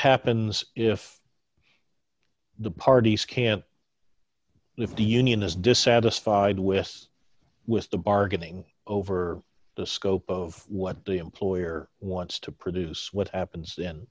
happens if the parties can't lift the union as dissatisfied with us with the bargaining over the scope of what de employer wants to produce what happens then